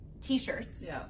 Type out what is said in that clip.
T-shirts